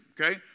okay